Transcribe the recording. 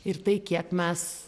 ir tai kiek mes